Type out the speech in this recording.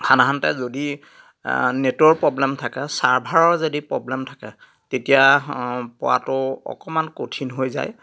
সাধাৰণতে যদি নেটৰ প্ৰ'ব্লেম থাকে চাৰ্ভাৰৰ যদি প্ৰ'ব্লেম থাকে তেতিয়া পোৱাতো অকণমান কঠিন হৈ যায়